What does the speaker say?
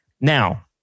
Now